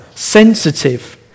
Sensitive